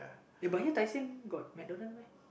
but you know Tai-Seng got McDonalds